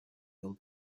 old